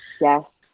Yes